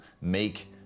make